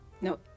No